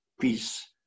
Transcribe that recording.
peace